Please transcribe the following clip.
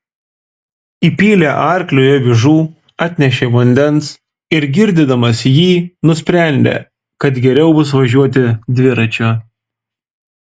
įpylė arkliui avižų atnešė vandens ir girdydamas jį nusprendė kad geriau bus važiuoti dviračiu